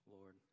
Lord